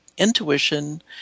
intuition